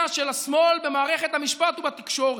של השמאל במערכת המשפט ובתקשורת.